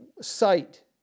sight